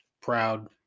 proud